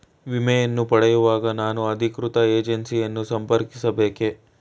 ವಿಮೆಯನ್ನು ಪಡೆಯುವಾಗ ನಾನು ಅಧಿಕೃತ ಏಜೆನ್ಸಿ ಯನ್ನು ಸಂಪರ್ಕಿಸ ಬೇಕೇ?